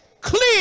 clear